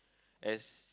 as